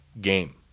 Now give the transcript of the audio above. game